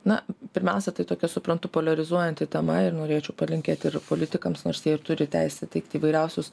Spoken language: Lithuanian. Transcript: na pirmiausia tai tokia suprantu poliarizuojanti tema ir norėčiau palinkėti ir politikams nors jie ir turi teisę teikti įvairiausius